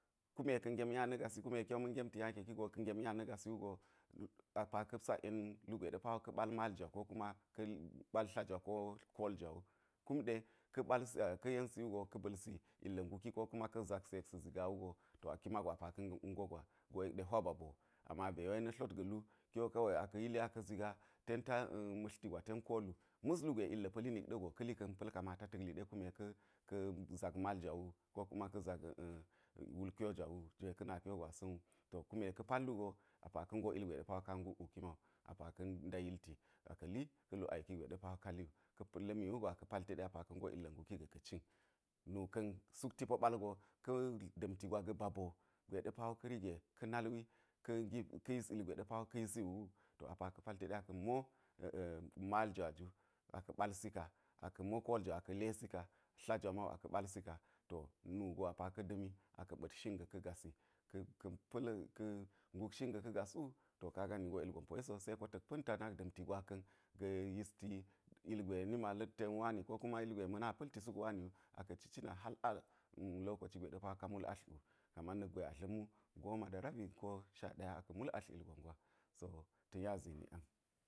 Kume ka̱a̱ gem nya na̱ gasi ki wo ma̱n gemti nya ke ki go ka̱ gem nya na̱ gasi wugo a pa ka̱ sak yen lugwe ka̱ ɓatl mal jwa ko kuma ɓal tla jwa ko kol jwa wu kum ɗe ka̱ ɓals ka̱ yensi wugo ka̱ ba̱lsi illa̱ nguki wugo ko kuma ka̱ zaksi yek sa̱ zi wugo to ki mago a pa ka̱ ngo gwa go yek wa ba boo ama be we na̱ tlot ga̱ lu ki wo ka we aka̱ yili aka̱ zigaa ten ta ma̱tlti gwa tenkoo lu mus lugwe illa̱ pa̱li nik ɗa̱ go ka̱ li ka̱n pa̱l kamata ta̱k li ɗe kume ka̱ ka̱ ka̱ zak mal jwa wu ko kuma ka̱ zak wul kyo jwa wu jwe ka̱ na kyo jwasa̱n wu to kume ka̱ pal wugo a pa ka̱ ngo ilgwe ka̱ nguk wu ki mawu a pa ka̱ da yilti aka̱ li ka̱ lu aiki gwe ɗe pa ka̱ li wu, ka̱ la̱mi wugo aka̱ pal teɗi aka̱ ngo illa̱ nguki ga̱ ka̱ cin n ka̱n sukti po ba̱l go ka̱ da̱mti gwa ga̱ ba boo gwe ɗe pa wo ka̱ ige ka̱ nal wi ka̱ yis ilgwe ɗe pa wo ka̱ yisi wu to a pa wo ka̱ pal tedi aka̱ mo mal jwa ju aka̱ ɓalsi ka aka̱ mo kol jwa aka̱ lesi ka tla jwa ma wu aka̱ ɓalsi ka to nugo a pa ka̱ da̱mi aka̱ ɓa̱t singa̱ ka̱ gasi ka̱ ka̱ pa̱l ka̱ ngk shin ga̱ ka̱ gas wu to ka ga ilgon poyi so seko ta̱k na̱k pa̱nta da̱mti gwaka̱n ga̱ yisti ilgwe na̱ma la̱t ten wani ko kuma ilgwe ma̱ na pa̱lti suk wani wuaka̱ ci cina hal lokoci ɗe pa ka mul atl kaman na̱k gwe adla̱m wu goma da rabi ko sha daya aka̱ mul atl ilgon gwa so ta̱ nya zini ang.